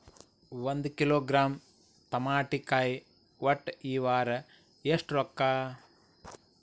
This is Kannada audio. ಒಂದ್ ಕಿಲೋಗ್ರಾಂ ತಮಾಟಿಕಾಯಿ ಒಟ್ಟ ಈ ವಾರ ಎಷ್ಟ ರೊಕ್ಕಾ?